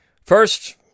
First